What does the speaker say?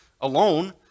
alone